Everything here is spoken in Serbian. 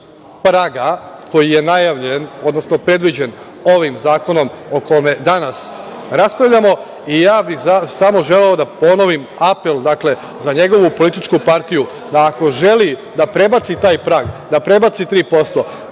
praga koji je najavljen, odnosno predviđen ovim zakonom o kome danas raspravljamo. Ja bih samo želeo da ponovim apel za njegovu političku partiju, da ako želi da prebaci taj prag, da prebaci 3%,